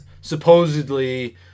Supposedly